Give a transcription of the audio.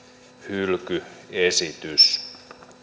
hylkyesitys